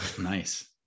nice